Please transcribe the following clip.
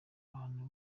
abantu